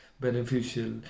beneficial